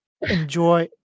enjoy